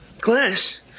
Glass